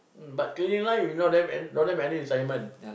but cleaning line you know don't have don't have any retirement